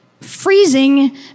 freezing